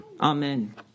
Amen